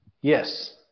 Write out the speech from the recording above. Yes